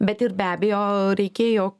bet ir be abejo reikėjo